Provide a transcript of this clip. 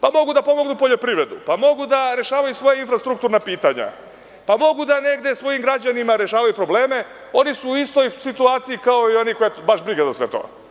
Mogu da pomognu poljoprivredu, mogu da rešavaju svoja infrastrukturna pitanja, mogu da svojim građanima rešavaju probleme, oni su u istoj situaciji kao i oni koje baš briga za sve to.